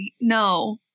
no